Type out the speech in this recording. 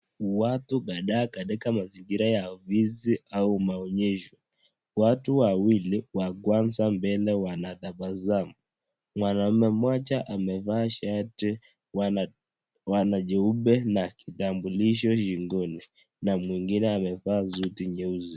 Watu kadhaa katika mazingira ya ofisi au maonyesho watu wawili wa kawnza mbele wanatabasamu, mwanaume mmoja amevaa shati na akiwa na kitambulisho shingoni na mwingine amevaa suti nyeusi.